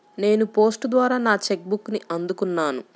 నేను పోస్ట్ ద్వారా నా చెక్ బుక్ని అందుకున్నాను